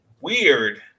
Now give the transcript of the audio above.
weird